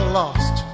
lost